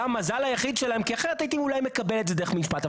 זה המזל היחיד שלהם כי אחרת הייתי אולי מקבל את זה דרך בית משפט,